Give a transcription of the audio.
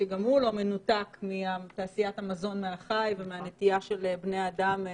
שגם הוא לא מנותק מתעשיית המזון מהחי ומהנטייה של בני אדם,